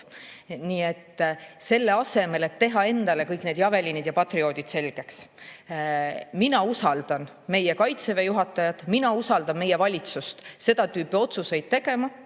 Nii et selle asemel, et teha endale kõik need Javelinid ja Patriotid selgeks, mina usaldan meie Kaitseväe juhatajat, mina usaldan meie valitsust seda tüüpi otsuseid tegema.